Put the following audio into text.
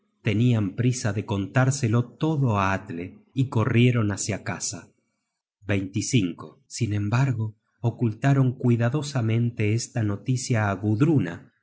tenian prisa de contarselo todo á atle y corrieron hácia casa sin embargo ocultaron cuidadosamente esta noticia